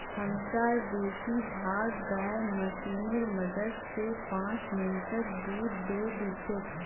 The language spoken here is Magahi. हमसार बेसी भाग गाय मशीनेर मदद स पांच मिनटत दूध दे दी छेक